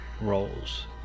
roles